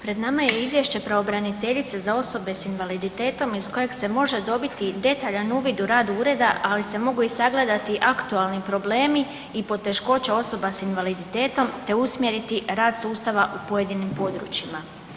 Pred nama je Izvješće pravobraniteljice za osobe s invaliditetom iz kojeg se može dobiti detaljan uvid u rad ureda, ali se mogu i sagledati aktualni problemi i poteškoće osoba s invaliditetom te usmjeriti rad sustava u pojedinim područjima.